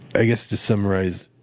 i guess to summarize,